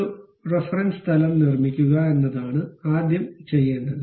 ഒരു റഫറൻസ് തലം നിർമ്മിക്കുക എന്നതാണ് ആദ്യംചെയ്യേണ്ടത്